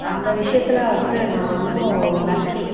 அந்த விஷயத்துல வந்து நான் ரொம்ப லக்கி